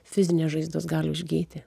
fizinės žaizdos gali užgyti